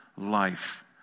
life